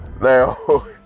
now